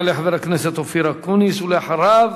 יעלה חבר הכנסת אופיר אקוניס, ואחריו,